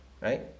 right